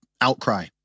outcry